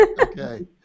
Okay